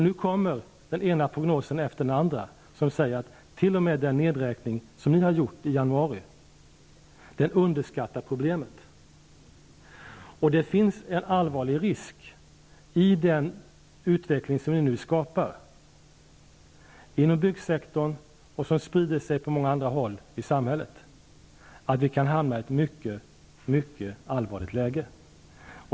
Nu kommer den ena prognosen efter den andra som säger att t.o.m. den nedräkning som ni har gjort i januari underskattar problemet. Det finns i den utveckling som ni nu skapar inom byggsektorn och som sprider sig på många andra håll i samhället en stor risk för att vi kan hamna i ett mycket allvarligt läge.